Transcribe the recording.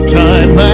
time